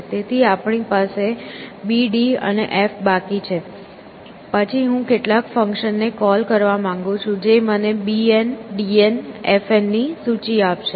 તેથી આપણી પાસે B D અને F બાકી છે પછી હું કેટલાક ફંક્શનને કોલ કરવા માંગું છું જે મને B N D N F N ની સૂચિ આપશે